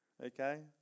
Okay